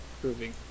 proving